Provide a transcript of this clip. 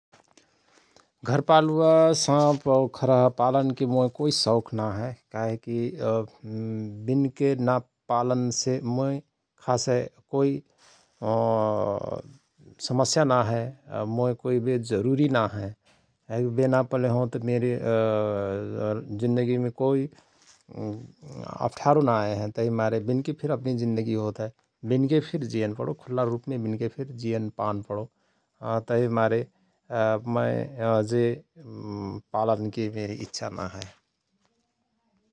घरपालुवा साँप और खरहा पालनके मोय कोइ सौख ना हय । काहे कि विनके ना पालनसे मोय खासय कोइ समस्या ना हय । मोय कोइ वे जरुरी ना हय वे ना पल्हओंत मेरे जिन्दगीमे कोइ अप्ठ्यारो ना अएहय । तहिमारे विनकि फिर अपनि जिन्दगि होत हय विनके फिर जियन पणो खुल्ला रुपमे विनके जियन पान पणो । तहिक मारे जे पालनके मिर इच्छा नाहय ।